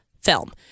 film